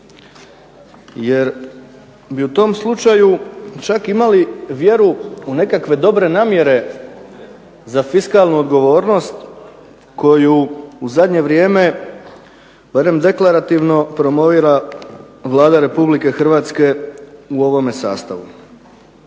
jer bi u tom slučaju čak imali vjeru u nekakve dobre namjere za fiskalnu odgovornost koju u zadnje vrijeme barem deklarativno promovira Vlada Republike Hrvatske u ovome sastavu.